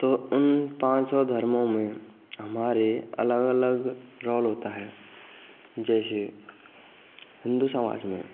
तो उन पाँच सौ धर्मों में हमारे अलग अलग रोल होता है जैसे हिंदू समाज में